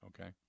Okay